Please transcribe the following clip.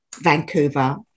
Vancouver